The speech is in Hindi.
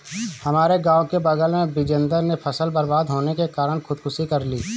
हमारे गांव के बगल में बिजेंदर ने फसल बर्बाद होने के कारण खुदकुशी कर ली